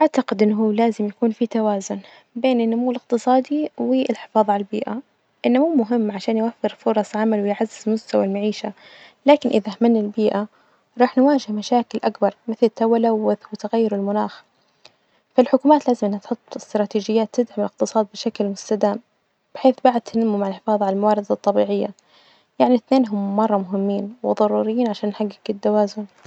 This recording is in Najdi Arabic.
أعتقد إن هو لازم يكون في توازن بين النمو الإقتصادي والحفاظ على البيئة، النمو مهم عشان يوفر فرص عمل ويعزز مستوى المعيشة، لكن إذا أهملنا البيئة راح نواجه مشاكل أكبر مثل التول- التلوث وتغير المناخ، فالحكومات لازم إنها تحط إستراتيجيات تدعم الإقتصاد بشكل مستدام، بحيث بعد تنمم الحفاظ على الموارد الطبيعية، يعني اثنينهم مرة مهمين وظروريين عشان نحجج التوازن.